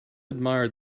admired